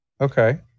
okay